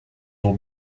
will